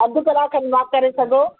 अधि कलाकु खनि वॉक करे सघो